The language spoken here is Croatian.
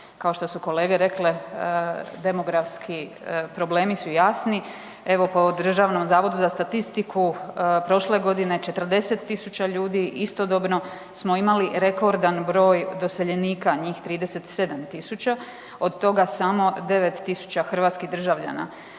Kao što su kolege rekle demografski problemi su jasni. Evo pa u Držanom zavodu za statistiku prošle godine 40.000 ljudi istodobno smo imali rekordan broj doseljenika njih 37.000 od toga samo 9.000 hrvatskih državljana.